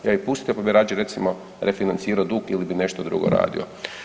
Ja bi pustio pa bi rađe, recimo, refinancirao dug ili bi nešto drugo radio.